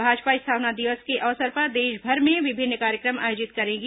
भाजपा स्थापना दिवस के अवसर पर देशभर में विभिन्न कार्यक्रम आयोजित करेगी